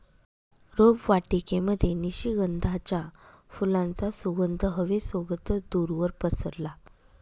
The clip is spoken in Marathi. रोपवाटिकेमध्ये निशिगंधाच्या फुलांचा सुगंध हवे सोबतच दूरवर पसरला